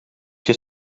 zit